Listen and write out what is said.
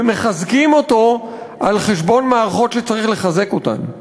ומחזקים אותו על חשבון מערכות שצריך לחזק אותן.